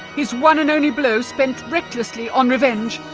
his one and only blow spent recklessly on revenge,